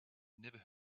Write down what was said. never